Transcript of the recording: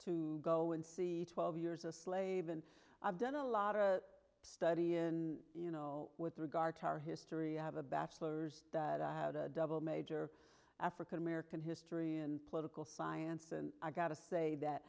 to go and see twelve years a slave and i've done a lot of study in you know with regard to our history i have a bachelor's that i had a double major african american history and political science and i got to say that